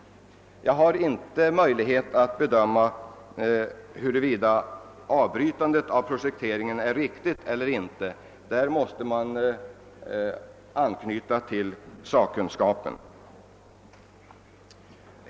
Jag har inte haft möjlighet att bedöma huruvida avbrytandet av projekteringen är riktigt eller inte; därvidlag måste man anknyta till sakkunskapen.